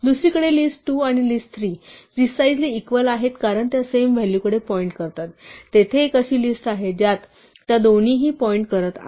दुसरीकडे list2 आणि list3 precisely equal आहेत कारण त्या सेम व्हॅलूकडे पॉईंट करतात तेथे एक अशी लिस्ट आहे ज्यात त्या दोनीही पॉईंट करत आहेत